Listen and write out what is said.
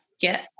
Get